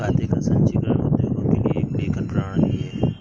खाते का संचीकरण उद्योगों के लिए एक लेखन प्रणाली है